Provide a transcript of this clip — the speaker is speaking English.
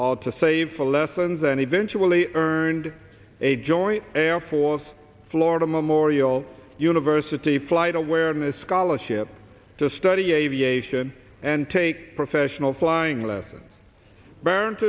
jobs to save for lessons and eventually earned a joint air force florida memorial university flight awareness scholarship to study aviation and take professional flying lessons b